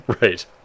Right